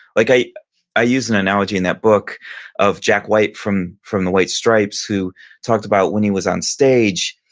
like, i i use an analogy in that book of jack white from from the white stripes, who talked about when he was on stage,